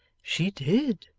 she did.